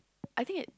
I think it